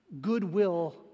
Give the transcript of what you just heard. goodwill